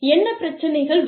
என்ன பிரச்சினைகள் வரும்